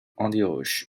antioche